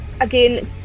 again